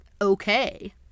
Okay